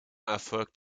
erfolgt